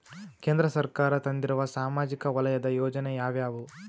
ಕೇಂದ್ರ ಸರ್ಕಾರ ತಂದಿರುವ ಸಾಮಾಜಿಕ ವಲಯದ ಯೋಜನೆ ಯಾವ್ಯಾವು?